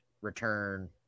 return